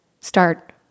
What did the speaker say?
start